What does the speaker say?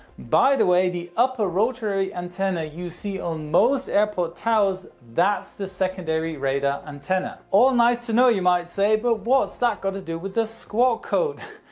by the way the upper rotary antenna you see on most airport towers that's the secondary radar antenna. all nice to know you might say but what's that got to do with the squawk code?